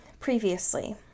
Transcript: Previously